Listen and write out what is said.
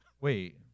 wait